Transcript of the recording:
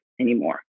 anymore